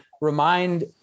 remind